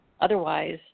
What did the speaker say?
Otherwise